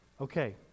Okay